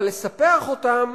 אבל לספח אותם